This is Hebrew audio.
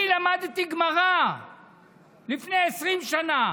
אני למדתי גמרא לפני 20 שנה,